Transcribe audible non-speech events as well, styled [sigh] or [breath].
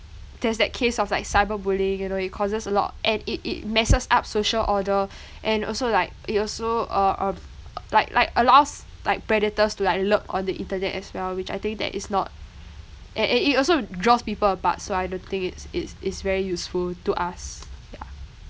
there's that case of like cyberbullying you know it causes a lot and it it messes up social order [breath] and also like it also uh um like like allows like predators to like lurk on the internet as well which I think that is not and and it also draws people apart so I don't think it's it's it's very useful to us yeah